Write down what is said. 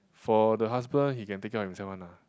for the husband he can take care himself one ah